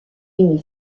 une